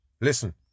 Listen